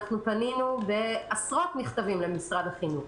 פנינו בעשרות מכתבים למשרד החינוך.